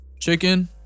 chicken